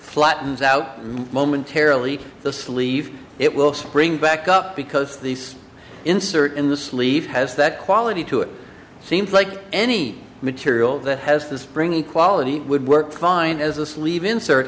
flattens out momentarily the sleeve it will spring back up because these insert in the sleeve has that quality to it seems like any material that has the spring in quality would work fine as a sleeve insert